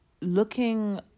looking